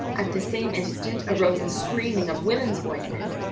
at the same instant arose a screaming of women's voices,